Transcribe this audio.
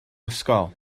ysgol